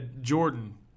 Jordan